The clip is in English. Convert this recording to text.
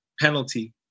penalty